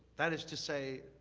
that is to say,